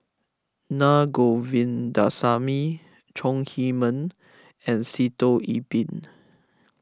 Na Govindasamy Chong Heman and Sitoh Yih Pin